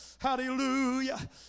Hallelujah